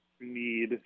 need